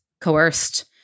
coerced